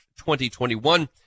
2021